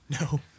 No